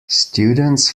students